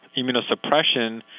immunosuppression